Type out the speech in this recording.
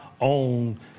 own